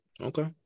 okay